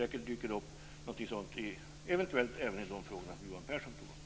Säkert dyker det upp någonting sådant, eventuellt även en sådan fråga som Johan Pehrson tog upp.